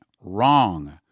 Wrong